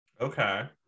Okay